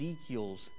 Ezekiel's